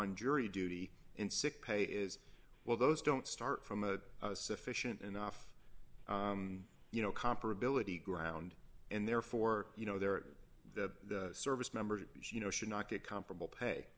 on jury duty in sick pay is well those don't start from a sufficient enough you know comparability ground and therefore you know they're the service members you know should not get comparable pay